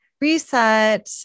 reset